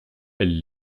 elle